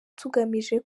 tugamije